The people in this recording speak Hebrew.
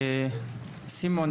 סימון,